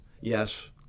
Yes